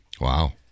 Wow